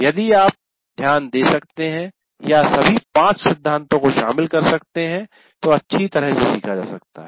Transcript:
यदि आप ध्यान दे सकते हैं या सभी पांच सिद्धांतों को शामिल कर सकते हैं तो अच्छी तरह से सीखा जा सकता है